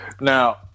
now